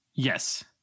Yes